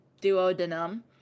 duodenum